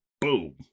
Boom